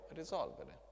risolvere